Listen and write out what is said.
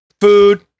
food